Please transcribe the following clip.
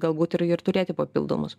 galbūt ir ir turėti papildomus